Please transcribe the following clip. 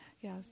Yes